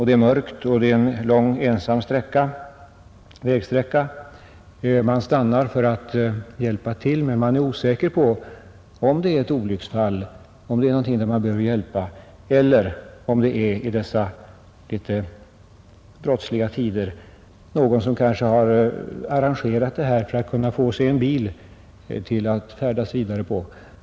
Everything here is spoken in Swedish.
Det är mörkt och man är ensam på en lång vägsträcka. Man vill stanna för att hjälpa till men är osäker om det är ett olycksfall eller om det — i dessa tider av brott — kanske är någon som har arrangerat det hela för att kunna få en bil att färdas vidare med.